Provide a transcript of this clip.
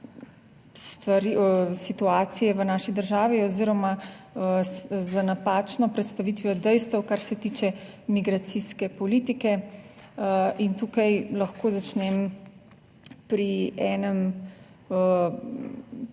situacije v naši državi oziroma z napačno predstavitvijo dejstev, kar se tiče migracijske politike. In tukaj lahko začnem pri enem